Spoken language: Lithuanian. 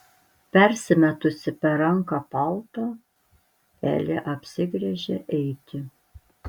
persimetusi per ranką paltą elė apsigręžia eiti